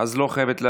לא חייבת להשיב.